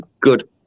good